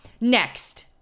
Next